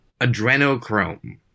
adrenochrome